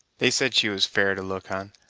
they said she was fair to look on,